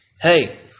hey